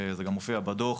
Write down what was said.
וזה גם מופיע בדוח,